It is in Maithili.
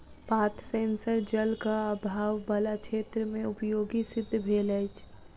पात सेंसर जलक आभाव बला क्षेत्र मे उपयोगी सिद्ध भेल अछि